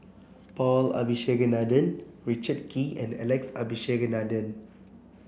Paul Abisheganaden Richard Kee and Alex Abisheganaden